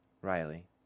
Riley